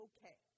Okay